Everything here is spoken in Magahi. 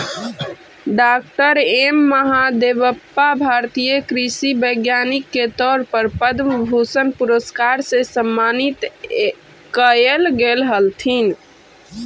डॉ एम महादेवप्पा भारतीय कृषि वैज्ञानिक के तौर पर पद्म भूषण पुरस्कार से सम्मानित कएल गेलथीन